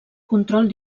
control